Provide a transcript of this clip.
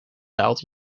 daalt